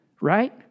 Right